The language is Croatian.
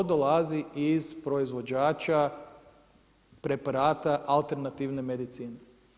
To dolazi od proizvođača preparata alternativne medicine.